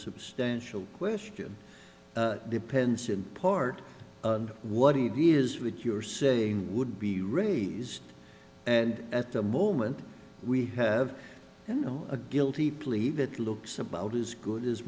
substantial question depends in part what it is that you're saying would be raised and at the moment we have you know a guilty plea that looks about as good as